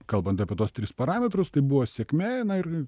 kalbant apie tuos tris parametrus tai buvo sėkmė ir